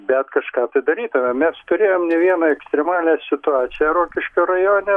bet kažką tai darydami mes turėjom ne vieną ekstremalią situaciją rokiškio rajone